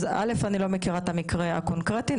אני לא מכירה את המקרה הקונקרטי,